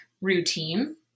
routine